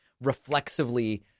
reflexively